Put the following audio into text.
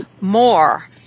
more